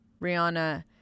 Rihanna